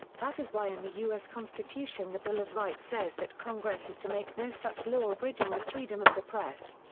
that is why in the us constitution the bill of rights says that congress is to make no such law abridging the freedom of the press.